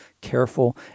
careful